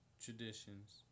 traditions